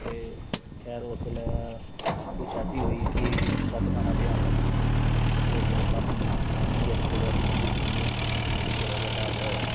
ते खैर ओह् उस बेल्लै कुछ ऐसी होई कि वापस आना पेआ फिर ओह्दे बाद कम्म इ'यै फोटोग्राफी शुरू कीती ऐ फिर ओह्दे बाद